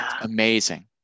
amazing